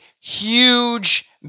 huge